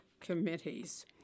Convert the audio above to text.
committees